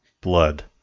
blood